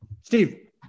Steve